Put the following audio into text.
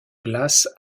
glace